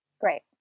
Great